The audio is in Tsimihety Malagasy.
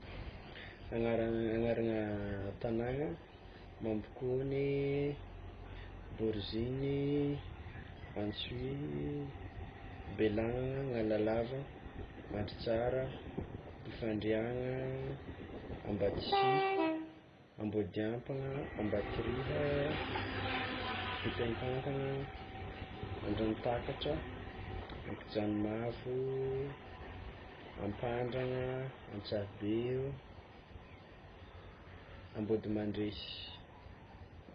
Agnarana agnarana tagnana: Mampikony, Boroziny, Antsohihy, Bealagnana, Analalava, Mandritsara, Befandriana, Ambatosihy, Ambodiampana, Ambatoriha, Betainkankana, Andrantakatra, Ankijanomavo, Ampandragna, Antsahabe eo, Ambodomandresy.